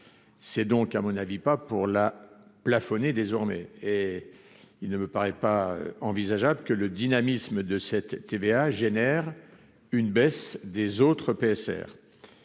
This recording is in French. c'est donc à mon avis, pas pour la plafonner désormais et il ne me paraît pas envisageable que le dynamisme de cette TVA génère une baisse des autres PSR